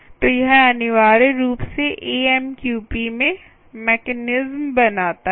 तो यह अनिवार्य रूप से एएमक्यूपी में मैकेनिज्म बनाता है